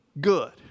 good